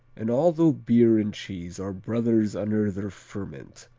and although beer and cheese are brothers under their ferment,